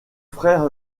frère